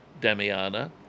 Damiana